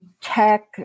tech